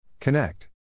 Connect